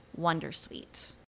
Wondersuite